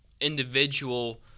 individual